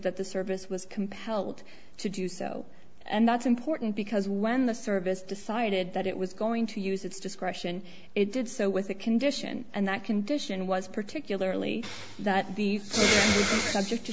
that the service was compelled to do so and that's important because when the service decided that it was going to use its discretion it did so with a condition and that condition was particularly that the